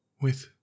With